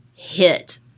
hit